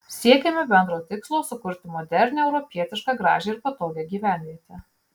siekėme bendro tikslo sukurti modernią europietišką gražią ir patogią gyvenvietę